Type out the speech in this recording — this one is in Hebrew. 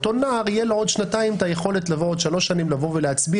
לאותו נער תהיה עוד שנתיים-שלוש שנים היכולת לבוא ולהצביע,